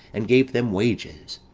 and gave them wages.